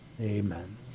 Amen